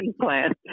plan